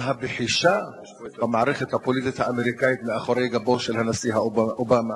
גם הבחישה במערכת הפוליטית האמריקנית מאחורי גבו של הנשיא אובמה,